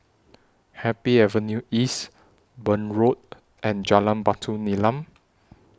Happy Avenue East Burn Road and Jalan Batu Nilam